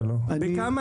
שהבאת?